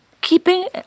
keeping